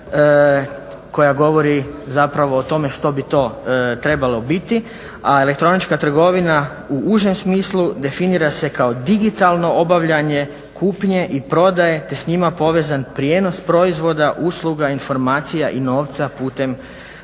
koja govori zapravo o tome što bi to trebalo biti. A elektronička trgovina u užem smislu definira se kao digitalno obavljanje kupnje i prodaje te s njima povezan prijenos proizvoda, usluga, informacija i novaca putem